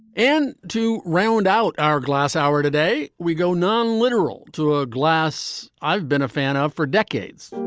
and to round out our glass, our today we go non-literal to a glass. i've been a fan of for decades